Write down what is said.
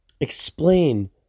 explain